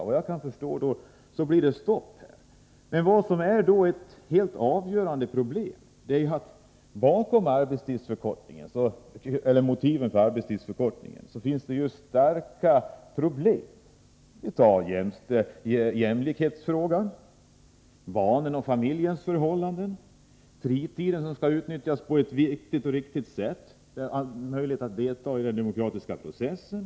Såvitt jag förstår blir det stopp här. Det helt avgörande är emellertid att bakom motiven för en arbetstidsförkortning finns stora problem. Det handlar om jämlikhetsfrågan, förhållandena när det gäller barnen och familjen, fritiden som skall utnyttjas på ett riktigt sätt och möjligheterna att delta i den demokratiska processen.